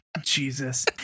Jesus